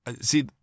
See